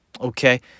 Okay